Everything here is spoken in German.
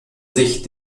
sich